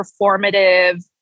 performative